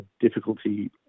difficulty